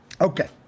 Okay